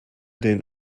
den